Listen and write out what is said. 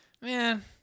man